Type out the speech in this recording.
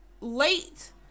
late